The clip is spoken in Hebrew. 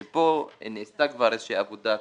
פה נעשתה כבר איזושהי עבודה מקצועית.